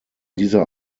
dieser